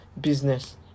business